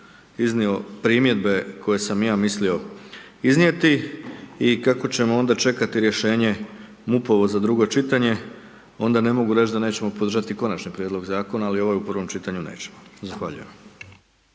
iznio primjedbe koje sam ja mislio iznijeti i kako ćemo onda čekati rješenje MUP-ovo za drugo čitanje, onda ne mogu reći da nećemo podržati konačni prijedlog zakona, ali ovaj u prvom čitanju nećemo. Zahvaljujem.